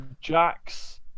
Jax